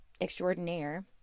extraordinaire